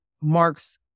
Mark's